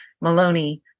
Maloney